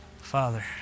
Father